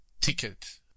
ticket